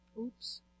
Oops